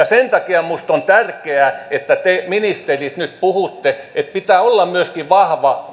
sen takia minusta on tärkeää että te ministerit nyt puhutte että pitää olla myöskin vahva